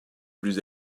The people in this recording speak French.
plus